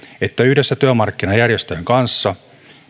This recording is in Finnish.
että yhdessä työmarkkinajärjestöjen kanssa